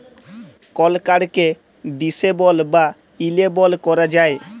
call কাড়কে disable বা enable ক্যরা যায়